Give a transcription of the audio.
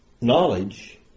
knowledge